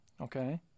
Okay